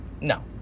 No